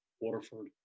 Waterford